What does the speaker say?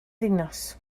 ddinas